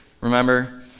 remember